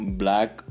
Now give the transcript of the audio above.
black